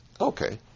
Okay